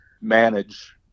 manage